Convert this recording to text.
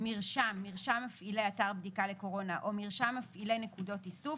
"מרשם" מרשם מפעילי אתר בדיקה לקורונה או מרשם מפעילי נקודות איסוף,